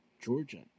Georgia